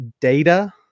data